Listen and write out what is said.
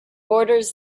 borders